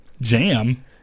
Jam